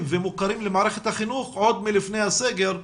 ומוכרים למערכת החינוך עוד מלפני הסגר,